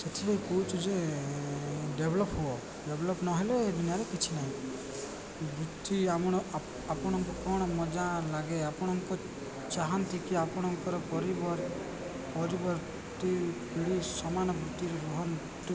ସେଥିରେ କହୁଛୁ ଯେ ଡେଭଲପ୍ ହେବ ଡେଭଲପ୍ ନହଲେ ଏ ଦୁନିଆରେ କିଛି ନାହିଁ ବୃତ୍ତି ଆମ ଆପଣଙ୍କୁ କ'ଣ ମଜା ଲାଗେ ଆପଣଙ୍କ ଚାହାନ୍ତି କି ଆପଣଙ୍କର ପରିବାର ପରିବାରଟି ବୋଲି ସମାନ ବୃତ୍ତିରେ ରୁହନ୍ତି